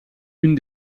une